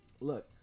look